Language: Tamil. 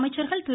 அமைச்சர்கள் திரு